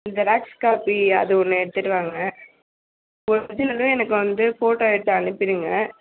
xerox copy அது ஒன்று எடுத்துகிட்டு வாங்க ஒரிஜினலும் எனக்கு வந்து ஃபோட்டோ எடுத்து அனுப்பிடுங்க